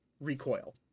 recoil